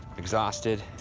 exhausted,